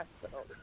hospital